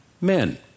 men